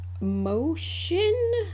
Motion